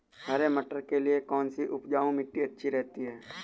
हरे मटर के लिए कौन सी उपजाऊ मिट्टी अच्छी रहती है?